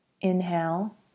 Inhale